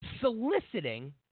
soliciting